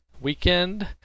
weekend